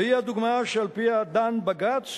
והיא הדוגמה שעל-פיה דן בג"ץ